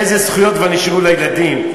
איזה זכויות כבר נשארו לילדים?